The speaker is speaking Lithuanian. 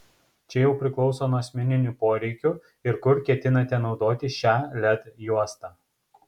čia jau priklauso nuo asmeninių poreikių ir kur ketinate naudoti šią led juostą